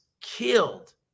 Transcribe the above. killed